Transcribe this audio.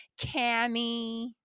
Cammy